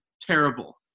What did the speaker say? terrible